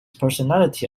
personality